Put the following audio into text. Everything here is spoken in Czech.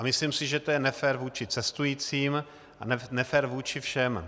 Myslím si, že to je nefér vůči cestujícím a nefér vůči všem.